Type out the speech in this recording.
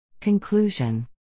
Conclusion